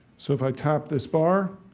so, if i tap this bar,